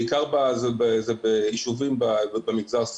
בעיקר זה ביישובים במגזר,